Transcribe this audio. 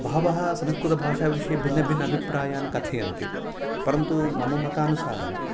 बहवः संस्कृतभाषाविषये भिन्नभिन्नाभिप्रायान् कथयन्ति परन्तु मम मतानुसारम्